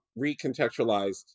recontextualized